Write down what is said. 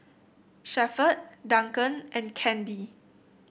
Shepherd Duncan and Candy